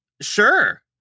sure